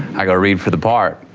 i go read for the part,